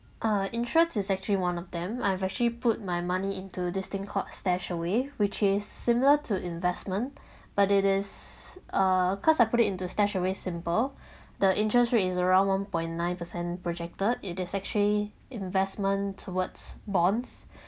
uh interests is actually one of them I've actually put my money into this thing called stashaway which is similar to investment but it is uh cause I put it into stashaway simple the interest rate is around one point nine percent projected it is actually investment towards bonds